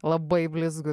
labai blizgų